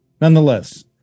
Nonetheless